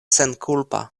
senkulpa